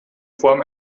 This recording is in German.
form